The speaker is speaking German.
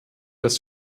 das